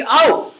out